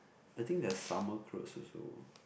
I think their summer clothes also